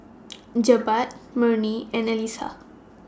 Jebat Murni and Alyssa